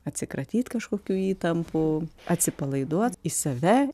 atsikratyt kažkokių įtampų atsipalaiduot į save